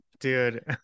Dude